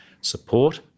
support